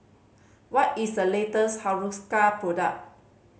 what is the latest Hiruscar product